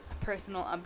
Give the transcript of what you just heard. personal